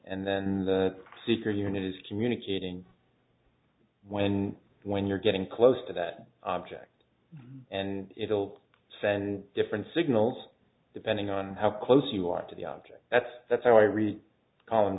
and then the sister unit is communicating when when you're getting close to that object and it'll send different signals depending on how close you are to the object that's that's how i read co